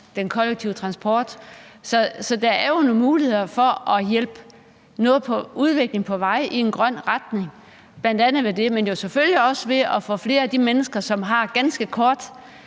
den kollektive transport. Så der er jo nogle muligheder for at hjælpe udviklingen på vej i en grøn retning, bl.a. med samkørsel, men jo selvfølgelig også ved at få flyttet flere af de mennesker, som har ganske kort